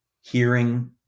hearing